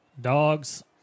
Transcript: Dogs